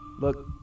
look